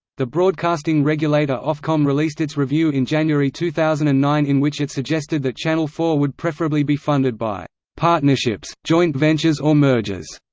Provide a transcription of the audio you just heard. the broadcasting regulator ofcom released its review in january two thousand and nine in which it suggested that channel four would preferably be funded by partnerships, joint ventures or mergers.